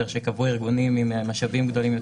שקבעו הארגונים עם משאבים גדולים יותר,